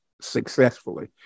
successfully